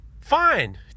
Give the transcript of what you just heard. Fine